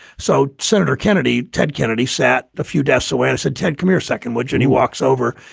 so senator kennedy, ted kennedy sat a few desk, so and said ted committers second watch. and he walks over.